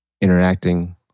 interacting